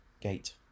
gate